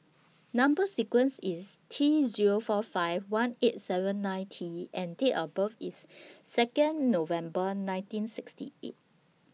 Number sequence IS T Zero four five one eight seven nine T and Date of birth IS Second November nineteen sixty eight